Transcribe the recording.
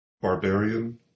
barbarian